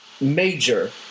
major